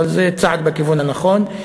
אבל זה צעד בכיוון הנכון.